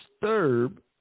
Disturb